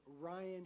Ryan